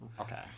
Okay